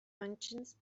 functions